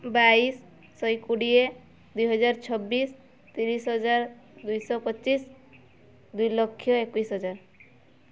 ବାଇଶ ଶହେ କୋଡ଼ିଏ ଦୁଇ ହଜାର ଛବିଶ ତିରିଶ ହଜାର ଦୁଇ ଶହ ପଚିଶ ଦୁଇ ଲକ୍ଷ ଏକୋଇଶ ହଜାର